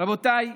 רבותיי,